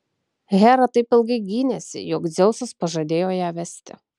hera taip ilgai gynėsi jog dzeusas pažadėjo ją vesti